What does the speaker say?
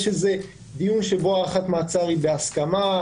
יש דיון שבו הארכת מעצר היא בהסכמה,